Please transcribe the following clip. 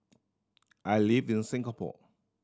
I live in Singapore